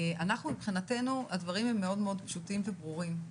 מבחינתנו הדברים הם מאוד מאוד פשוטים וברורים.